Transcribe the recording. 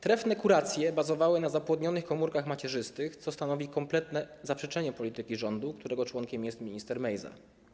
Trefne kuracje bazowały na zapłodnionych komórkach macierzystych, co stanowi kompletne zaprzeczenie polityki rządu, którego członkiem jest minister Mejza.